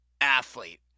athlete